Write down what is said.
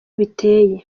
biteye